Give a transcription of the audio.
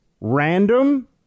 random